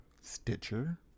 Stitcher